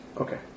Okay